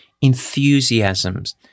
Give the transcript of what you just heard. enthusiasms